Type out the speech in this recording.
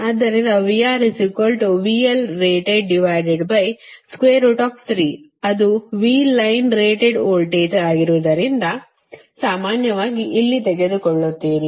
ಆದ್ದರಿಂದ ಅದು V line rated voltage ಆಗಿರುವುದರಿಂದ ಸಾಮಾನ್ಯವಾಗಿ ಇಲ್ಲಿ ತೆಗೆದುಕೊಳ್ಳುತ್ತಿದ್ದೀರಿ